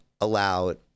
allowed